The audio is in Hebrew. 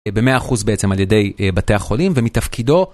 במאה אחוז בעצם על ידי בתי החולים ומתפקידו.